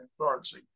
authority